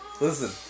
Listen